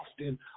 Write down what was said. often